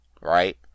right